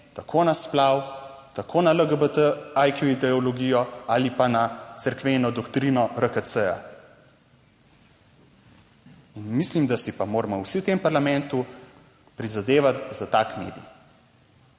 tako na splav, tako na LGBT, / nerazumljivo/ ali pa na cerkveno doktrino RKC(?). In mislim, da si pa moramo vsi v tem parlamentu prizadevati za tak medij